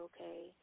okay